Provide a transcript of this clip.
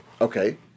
Okay